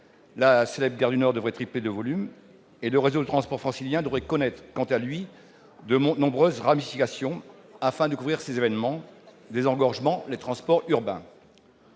La célèbre gare du Nord devrait tripler de volume et le réseau de transport francilien devrait, quant à lui, connaître de nombreuses ramifications afin de couvrir ces événements, désengorgeant les transports urbains.